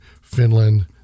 finland